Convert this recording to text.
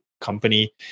company